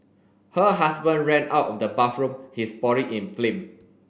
her husband ran out of the bathroom his body in flame